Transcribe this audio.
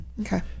Okay